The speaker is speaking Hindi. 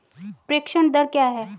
प्रेषण दर क्या है?